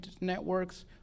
networks